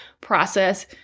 process